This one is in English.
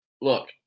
look